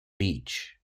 beach